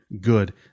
good